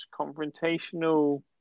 confrontational